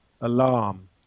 alarm